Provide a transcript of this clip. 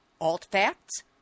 Alt-facts